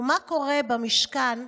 ומה קורה במשכן,